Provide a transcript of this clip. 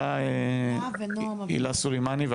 הילה סולימני.